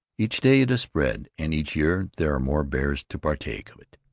each day it is spread, and each year there are more bears to partake of it.